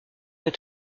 est